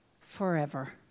forever